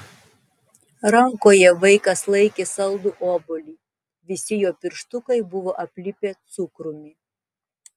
rankoje vaikas laikė saldų obuolį visi jo pirštukai buvo aplipę cukrumi